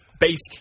based